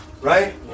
Right